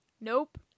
Nope